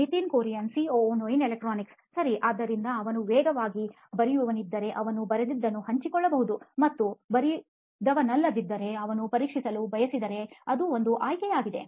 Nitin Kurian COO ನೋಯಿನ್ electronics ಸರಿ ಆದ್ದರಿಂದ ಅವನು ವೇಗವಾಗಿ ಬರೆಯುವವನಿದ್ದರೆ ಅವನು ಬರೆದದ್ದನ್ನು ಹಂಚಿಕೊಳ್ಳಬಹುದು ಮತ್ತು ಬರೆದವನಲ್ಲದಿದ್ದರೆ ಅವನು ಪರೀಕ್ಷಿಸಲು ಬಯಸಿದರೆ ಅದು ಒಂದು ಆಯ್ಕೆಯಾಗಿದೆ